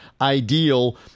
ideal